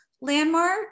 Landmark